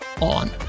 on